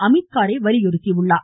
அமித்காரே வலியுறுத்தியுள்ளார்